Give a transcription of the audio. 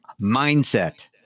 Mindset